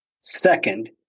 second